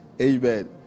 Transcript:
Amen